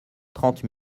trente